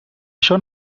això